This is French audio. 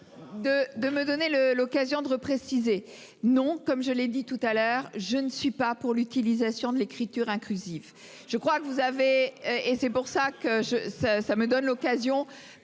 de me donner le, l'occasion de préciser, non comme je l'ai dit tout à l'heure, je ne suis pas pour l'utilisation de l'écriture inclusive. Je crois que vous avez et c'est pour ça que je ça ça me donne l'occasion